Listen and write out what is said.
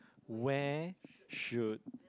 where should